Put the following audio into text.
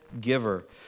giver